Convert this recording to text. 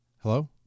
Hello